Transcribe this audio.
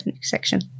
section